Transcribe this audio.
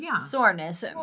soreness